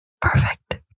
Perfect